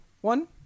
one